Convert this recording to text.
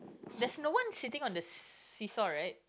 there's no one seating on the seesaw right